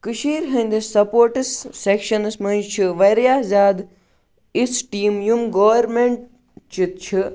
کٔشیٖرِ ہٕنٛدِس سَپوٹٕس سٮ۪کشَنَس منٛز چھِ واریاہ زیادٕ یِژھ ٹیٖم یِم گورمٮ۪نٛٹ چہِ چھِ